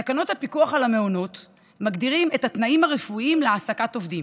תקנות הפיקוח על המעונות מגדירים את התנאים הרפואיים להעסקת עובדים,